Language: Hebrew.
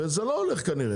וזה לא הולך כנראה,